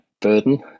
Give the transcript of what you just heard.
burden